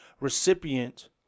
recipient